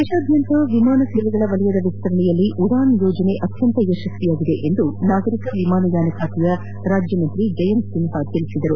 ದೇಶಾದ್ಯಂತ ವಿಮಾನ ಸೇವೆಗಳ ವಲಯದ ವಿಸ್ತರಣೆಯಲ್ಲಿ ಉಡಾನ್ ಯೋಜನೆ ಯಶಸ್ಸಿಯಾಗಿದೆ ಎಂದು ನಾಗರಿಕ ವಿಮಾನಯಾನ ಖಾತೆಯ ರಾಜ್ಯ ಸಚಿವರಾದ ಜಯಂತ್ ಸಿನ್ಲಾ ತಿಳಿಸಿದ್ದಾರೆ